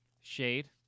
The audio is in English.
Shade